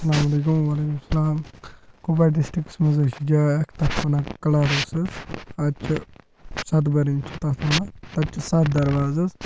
اسلام وعلیکُم وعلیکُم سلام کۄپوارِ ڈِسٹِرٛکَس منٛز حظ چھِ جاے اَکھ تَتھ چھِ وَنان کَلاروٗس حظ اَتہِ چھِ سَتہٕ بَرٕنۍ چھِ تَتھ ناو تَتہِ چھِ سَتھ دَرواز حظ